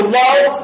love